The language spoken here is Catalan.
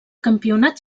campionat